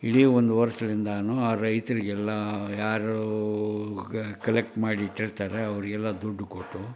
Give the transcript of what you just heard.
ಇಡೀ ಒಂದು ವರ್ಷದಿಂದನೂ ಆ ರೈತರಿಗೆಲ್ಲ ಯಾರು ಕಲೆಕ್ಟ್ ಮಾಡಿಟ್ಟಿರ್ತಾರೆ ಅವ್ರಿಗೆಲ್ಲ ದುಡ್ಡು ಕೊಟ್ಟು